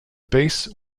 base